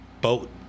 boat